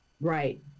Right